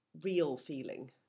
real-feeling